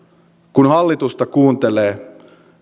kun hallitusta kuuntelee